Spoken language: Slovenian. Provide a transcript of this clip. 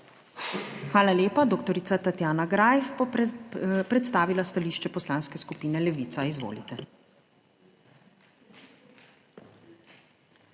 Hvala lepa. Doktorica Tatjana Greif bo predstavila stališče Poslanske skupine Levica. Izvolite.